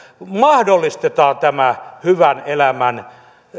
mahdollistetaan tämä hyvän elämän